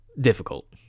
difficult